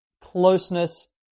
closeness